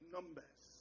Numbers